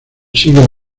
siguen